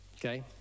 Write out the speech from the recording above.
okay